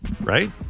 right